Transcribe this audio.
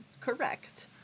correct